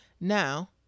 now